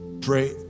pray